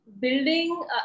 building